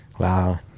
Wow